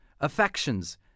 affections